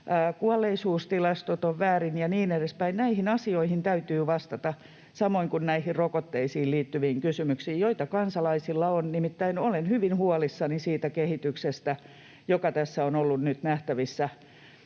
kuolleisuustilastot ovat väärin ja niin edespäin. Näihin asioihin täytyy vastata, samoin kuin näihin rokotteisiin liittyviin kysymyksiin, joita kansalaisilla on. Nimittäin olen hyvin huolissani siitä kehityksestä, joka tässä on ollut nyt nähtävissä